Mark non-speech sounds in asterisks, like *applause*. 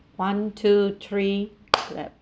one two three clap *noise*